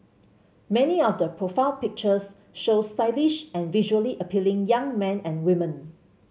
many of the profile pictures show stylish and visually appealing young men and women